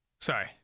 Sorry